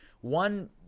one